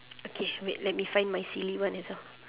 okay wait let me find my silly one as well